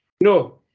No